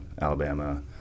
alabama